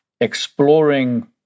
exploring